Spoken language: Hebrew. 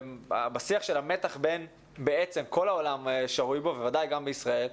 והוא בהקשר למתח שבו שרוי כרגע כל העולם וגם מדינת ישראל.